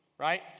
Right